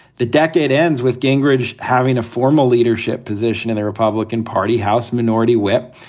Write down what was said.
the decade ends with gingrich having a formal leadership position in the republican party house minority whip.